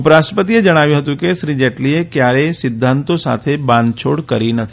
ઉપરાષ્ટ્રપતિ એ જણાવ્યું હતું કે શ્રી જેટલીએ ક્યારેય સિધ્ધાંતો સાથે બાંધછોડ કરી નથી